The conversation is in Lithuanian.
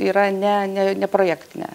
yra ne ne neprojektinė